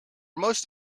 most